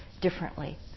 differently